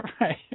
Right